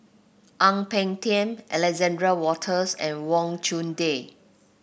Ang Peng Tiam Alexander Wolters and Wang Chunde